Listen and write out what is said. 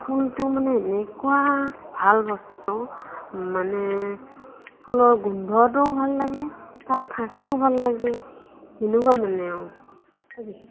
ফুলটো মানে এনেকুৱা ভাল বস্তু মানে ফুলৰ গোন্ধটোও ভাল লাগে তাত থাকিও ভাল লাগে এনেকুৱা মানে আৰু